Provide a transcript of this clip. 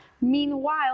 Meanwhile